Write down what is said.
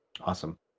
Awesome